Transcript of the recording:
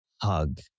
hug